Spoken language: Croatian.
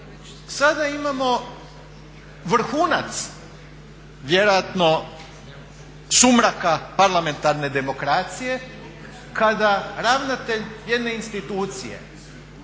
Sada imamo vrhunac vjerojatno sumraka parlamentarne demokracije kada ravnatelj jedne institucije